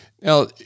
Now